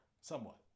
Somewhat